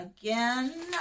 again